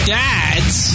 dads